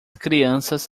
crianças